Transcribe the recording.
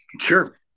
Sure